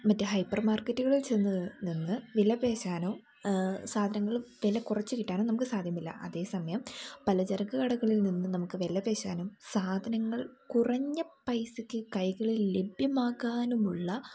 മറ്റു ഹൈപ്പർ മാർക്കറ്റുകളിൽ ചെന്നുനിന്ന് വില പേശാനോ സാധനങ്ങൾ വില കുറച്ച് കിട്ടാനും നമുക്ക് സാധ്യമില്ല അതേ സമയം പലചരക്ക് കടകളിൽ നിന്ന് നമുക്ക് വില പേശാനും സാധനങ്ങൾ കുറഞ്ഞ പൈസയ്ക്ക് കൈകളിൽ ലഭ്യമാക്കാനുമുള്ള